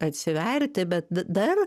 atsiverti bet dar